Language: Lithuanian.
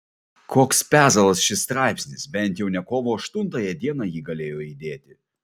koks pezalas šis straipsnis bent jau ne kovo aštuntąją dieną jį galėjo įdėti